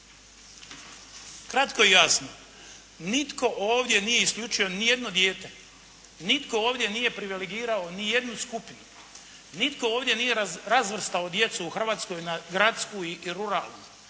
Kratko i jasno, nitko ovdje nije isključio ni jedno dijete. Nitko ovdje nije privilegirao ni jednu skupinu. Nitko ovdje nije razvrstao djecu u Hrvatskoj na gradsku i ruralnu.